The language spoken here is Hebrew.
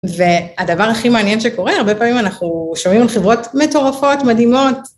והדבר הכי מעניין שקורה, הרבה פעמים אנחנו שומעים על חברות מטורפות, מדהימות.